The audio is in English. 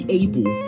able